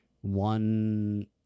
one